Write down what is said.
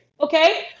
okay